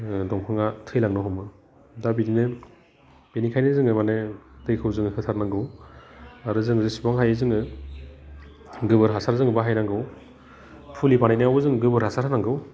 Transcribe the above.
दंफाङा थैलानो हमो दा बिदिनो बेनिखायनो जोङो मानि दैखौ जोङो होथारनांगौ आरो जों जिसिबां हायो जोङो गोबोर हासार जों बाहाय नांगौ फुलि बानायनायावबो जों गोबोर हासार होनांगौ